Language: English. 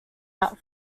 out